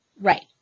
Right